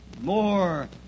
more